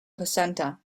placenta